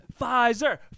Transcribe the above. Pfizer